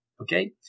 Okay